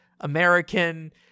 American